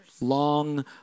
long